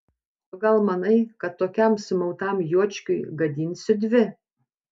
tu gal manai kad tokiam sumautam juočkiui gadinsiu dvi